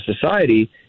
society